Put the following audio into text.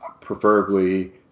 preferably